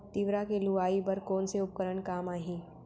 तिंवरा के लुआई बर कोन से उपकरण काम आही?